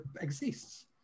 exists